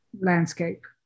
landscape